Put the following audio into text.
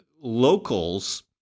locals